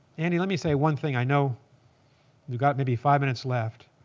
andy, let me say one thing. i know we've got maybe five minutes left.